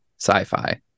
sci-fi